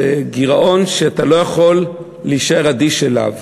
זה גירעון שאתה לא יכול להישאר אדיש אליו.